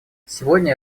сегодня